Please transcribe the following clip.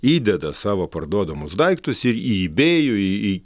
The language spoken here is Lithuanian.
įdeda savo parduodamus daiktus ir į ibėjų į